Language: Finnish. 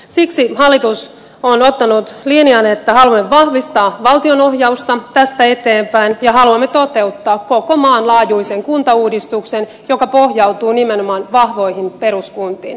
siksi hallitus on ottanut linjan että haluamme vahvistaa valtionohjausta tästä eteenpäin ja haluamme toteuttaa koko maan laajuisen kuntauudistuksen joka pohjautuu nimenomaan vahvoihin peruskuntiin